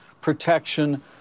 protection